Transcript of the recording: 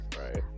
Right